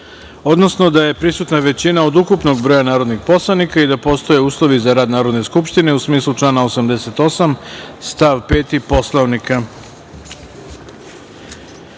odnosno da je prisutna većina od ukupnog broja narodnih poslanika i da postoje uslovi za rade Narodne skupštine u smislu člana 88. stav 5. Poslovnika. Da